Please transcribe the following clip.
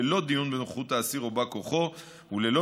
ללא דיון בנוכחות האסיר או בא כוחו וללא